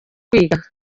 kwiga